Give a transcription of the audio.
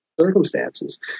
circumstances